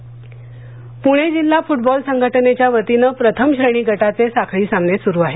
football Pune जिल्हा football संघटनेच्यावतीनं प्रथम श्रेणी गटाचे साखळी सामने सुरु आहेत